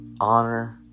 Honor